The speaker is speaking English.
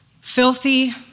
filthy